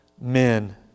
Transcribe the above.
men